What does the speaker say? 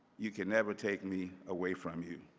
you can never take me away from you.